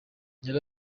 yari